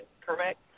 Correct